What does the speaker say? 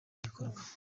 gikorwa